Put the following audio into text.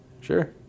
Sure